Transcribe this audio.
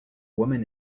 woman